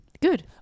Good